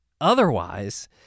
Otherwise